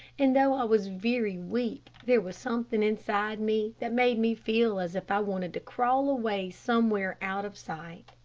and, though i was very weak, there was something inside me that made me feel as if i wanted to crawl away somewhere out of sight.